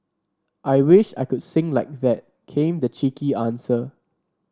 I wish I could sing like that came the cheeky answer